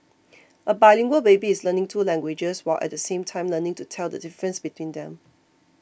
a bilingual baby is learning two languages while at the same time learning to tell the difference between them